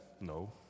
No